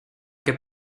que